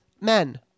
men